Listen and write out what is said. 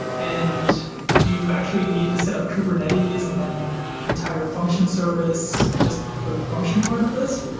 and do you actually need the set up kubernetes and then entire function service just for the function part of this?